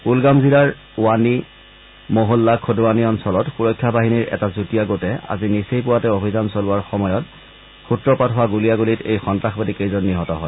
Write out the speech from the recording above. কুলগাম জিলাৰ ৱানি মোহোল্লা খুদৱানী অঞ্চলত সুৰক্ষা বাহিনীৰ এটা যুটীয়া গোটে আজি নিচেই পুৱাতে অভিযান চলোৱাৰ সময়ত সূত্ৰপাত হোৱা গুলীয়াগুলীত এই সন্ত্ৰাসবাদীকেইজন নিহত হয়